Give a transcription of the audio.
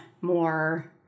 more